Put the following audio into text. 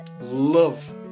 love